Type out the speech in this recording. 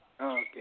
Okay